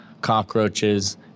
cockroaches